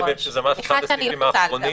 זה ממש אחד הסעיפים האחרונים.